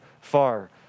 far